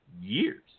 years